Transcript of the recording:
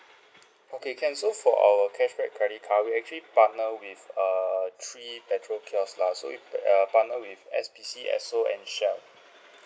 okay can so for our cashback credit card we actually partner with uh three petrol kiosk lah so we err partner with S_P_C Esso and Shell